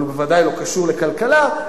אבל הוא בוודאי לא קשור לכלכלה,